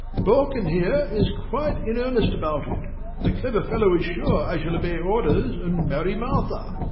borkin here is quite in earnest about it the clever fellow is sure i shall obey orders, and marry martha.